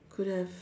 could have